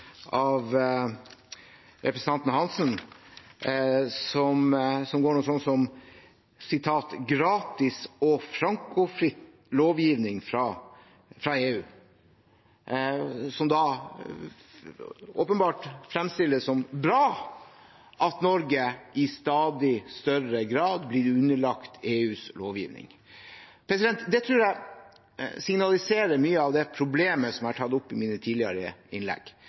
av representanten Svein Roald Hansen, noe sånt som: gratis og frankofri lovgivning fra EU. Det framstilles åpenbart som bra at Norge i stadig større grad blir underlagt EUs lovgivning. Det tror jeg signaliserer mye av problemet jeg har tatt opp i mine tidligere innlegg,